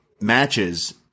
matches